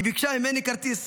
היא ביקשה ממני כרטיס,